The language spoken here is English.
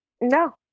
No